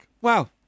Wow